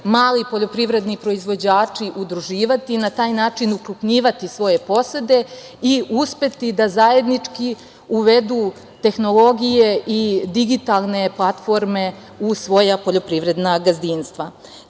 mali poljoprivredni proizvođači udruživati i na taj način ukrupnjivati svoje posede i uspeti da zajednički uvedu tehnologije i digitalne platforme u svoja poljoprivredna gazdinstva. Takođe,